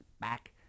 back